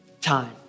time